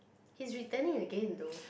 he's returning again though